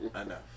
enough